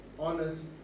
honest